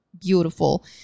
beautiful